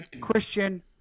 Christian